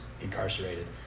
incarcerated